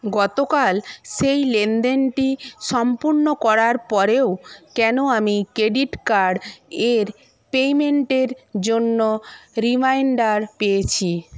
গতকাল সেই লেনদেনটি সম্পূর্ণ করার পরেও কেন আমি ক্রেডিট কার্ডের পেমেন্টের জন্য রিমাইন্ডার পেয়েছি